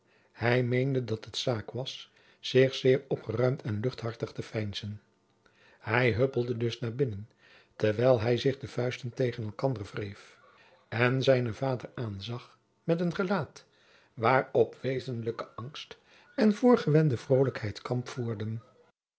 hij meende dat het zaak was zich zeer opgeruimd en luchthartig te veinzen hij huppelde dus naar binnen terwijl hij zich de vuisten tegen elkander wreef en zijnen vader aanzag met een gelaat waarop wezenlijke angst en voorgewende vrolijkheid kamp voerden